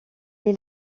est